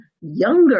younger